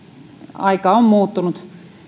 aika on muuttunut